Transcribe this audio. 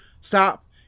Stop